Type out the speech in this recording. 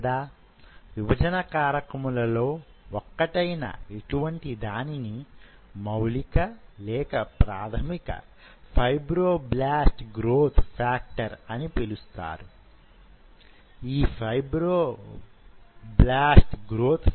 లేదా విభజన కారకములలో వొక్కటైయిన యిటువంటి దానిని మౌలిక లేక ప్రాథమిక ఫైబ్రోబ్లాస్ట్ గ్రోత్ ఫ్యాక్టర్ అని పిలుస్తారు